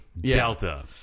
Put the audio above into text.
Delta